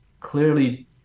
clearly